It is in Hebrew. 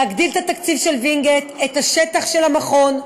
להגדיל את התקציב של וינגייט, את השטח של המכון,